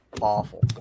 awful